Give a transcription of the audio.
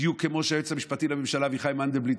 בדיוק כמו היועץ המשפטי לממשלה אביחי מנדלבליט.